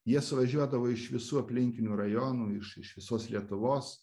jie suvažiuodavo iš visų aplinkinių rajonų iš iš visos lietuvos